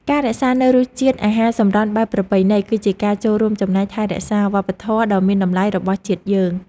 ការរក្សានូវរសជាតិអាហារសម្រន់បែបប្រពៃណីគឺជាការចូលរួមចំណែកថែរក្សាវប្បធម៌ដ៏មានតម្លៃរបស់ជាតិយើង។